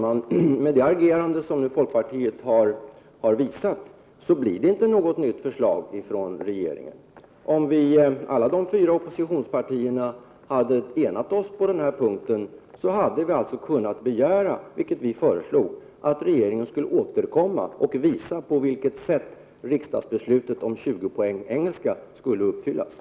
Herr talman! Med folkpartiets agerande blir det inte något nytt förslag från regeringen. Om vii alla de fyra oppositionspartierna hade enat oss på den här punkten, hade vi kunnat begära, vilket centern föreslog, att regeringen skulle återkomma och visa på vilket sätt riksdagsbeslutet beträffande utbildning om 20 poäng i engelska skulle förverkligas.